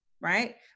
right